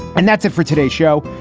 and that's it for today's show.